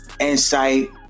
insight